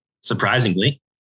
surprisingly